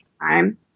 time